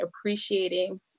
appreciating